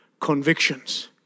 convictions